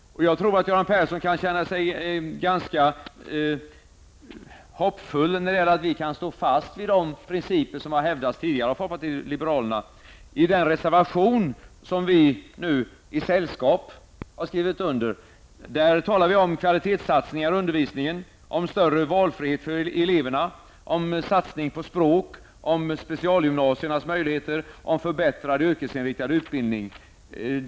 Jag tror att Göran Persson kan känna sig ganska hoppfull då det gäller vår förmåga att stå fast vid de principer som har hävdats tidigare av folkpartiet liberalerna. I den reservation som vi nu i sällskap har skrivit under talar vi om kvalitetssatsningar i undervisningen, om större valfrihet för eleverna, om satsning på språk, om specialgymnasiernas möjligheter och om förbättrad yrkesinriktad utbildning.